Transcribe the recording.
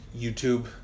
YouTube